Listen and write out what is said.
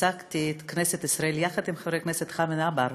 ייצגתי את כנסת ישראל, יחד עם חבר הכנסת חמד עמאר,